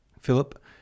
Philip